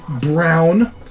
brown